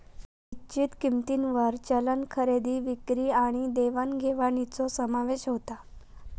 निश्चित किंमतींवर चलन खरेदी विक्री आणि देवाण घेवाणीचो समावेश होता